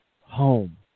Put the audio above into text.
home